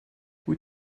wyt